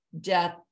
death